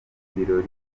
birori